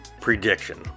prediction